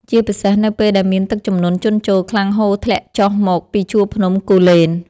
ជាពិសេសនៅពេលដែលមានទឹកជំនន់ជន់ជោរខ្លាំងហូរធ្លាក់ចុះមកពីជួរភ្នំគូលែន។